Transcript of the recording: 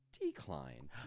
decline